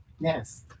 Yes